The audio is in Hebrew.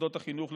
למוסדות החינוך,